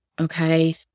Okay